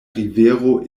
rivero